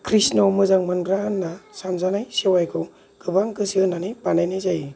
कृष्ण मोजां मोनग्रा होनना सानजानाय सेवाइखौ गोबां गोसो होनानै बानायनाय जायो